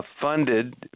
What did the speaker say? funded